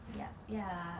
yup yup